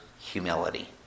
humility